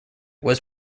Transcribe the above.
was